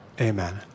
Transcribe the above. Amen